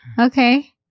Okay